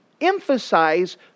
emphasize